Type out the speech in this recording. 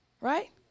Right